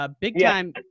Big-time